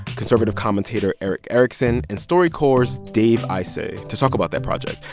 conservative commentator erick erickson and storycorps' dave isay to talk about that project.